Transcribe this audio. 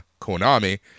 Konami